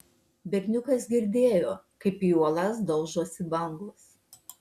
berniukas girdėjo kaip į uolas daužosi bangos